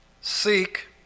seek